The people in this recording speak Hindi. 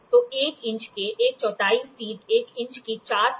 तो एक इंच के 1 चौथाई 3 एक इंच की 4 से